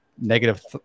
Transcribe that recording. negative